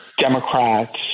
Democrats